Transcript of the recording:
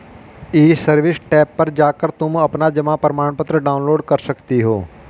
ई service tab पर जाकर तुम अपना जमा प्रमाणपत्र डाउनलोड कर सकती हो